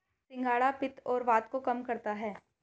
सिंघाड़ा पित्त और वात को कम करता है